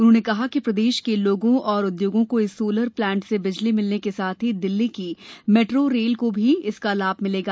उन्होंने कहा कि प्रदेश के लोगों और उद्योगों को इस सोलर प्लांट से बिजली मिलने के साथ ही दिल्ली की मेट्रो रेल को भी इसका लाभ मिलेगा